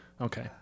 Okay